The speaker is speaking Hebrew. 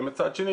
ומצד שני,